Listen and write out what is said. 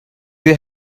you